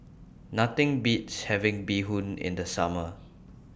Nothing Beats having Bee Hoon in The Summer